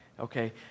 okay